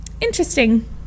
Interesting